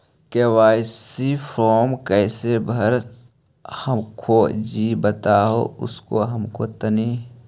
KYC फॉर्मा कैसे भरा हको जी बता उसको हको तानी?